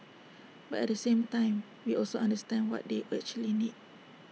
but at the same time we also understand what they actually need